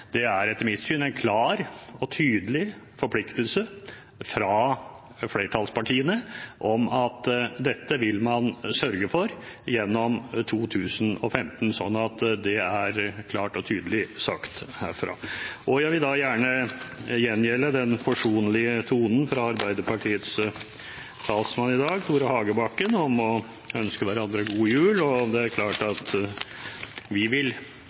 det er etter mitt syn en klar og tydelig forpliktelse fra flertallspartiene om at dette vil man sørge for gjennom 2015. Det er klart og tydelig sagt herfra. Jeg vil gjerne gjengjelde den forsonlige tonen fra Arbeiderpartiets talsmann i dag, Tore Hagebakken, om å ønske hverandre god jul. Vi vil prøve å sørge for at